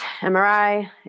MRI